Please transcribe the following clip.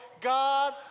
God